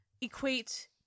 equate